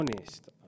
honest